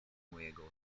mojego